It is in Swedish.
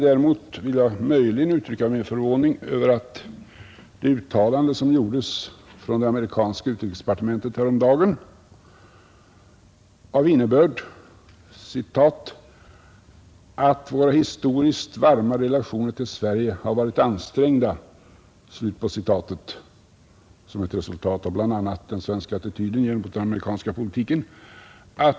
Däremot vill jag möjligen uttrycka min förvåning över att det märkliga uttalande som gjordes från amerikanska utrikesdepartementet häromdagen icke såvitt jag har kunnat finna har blivit föremål för någon kommentar i dagens debatt. Uttalandet lyder: ”att våra historiskt varma relationer till Sverige har varit ansträngda”. Det är ett resultat av bl.a. den svenska attityden mot den amerikanska politiken.